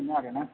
मोनो आरो ना